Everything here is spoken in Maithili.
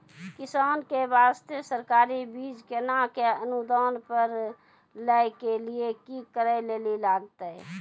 किसान के बास्ते सरकारी बीज केना कऽ अनुदान पर लै के लिए की करै लेली लागतै?